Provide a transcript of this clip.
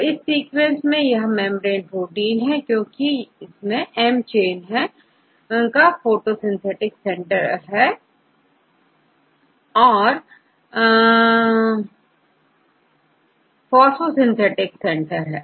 तो इस केस में यह मेंब्रेन प्रोटीन है क्योंकि यहm chain का फोटोसिंथेटिक सेंटर है